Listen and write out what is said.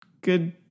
good